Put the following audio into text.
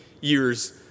years